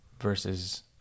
Versus